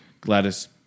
Gladys